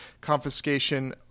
confiscation